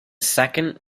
second